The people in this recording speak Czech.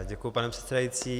Děkuji, pane předsedající.